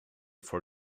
for